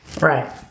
Right